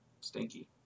Stinky